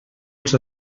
els